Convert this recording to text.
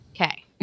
Okay